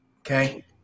Okay